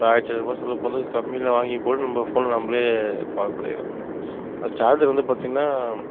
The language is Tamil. ஒரு ஆயிரத்தி ஐநூறுபா செலவு பண்ணுறதுக்கு கம்மினு வாங்கி போட்டு நம்ம ஃபோனை நம்மளே பாயில் பண்ணிடுறோம் அது சார்ஜர் வந்து பார்த்திங்னா